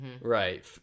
right